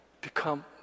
become